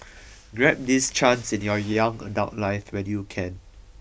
grab this chance in your young adult life when you can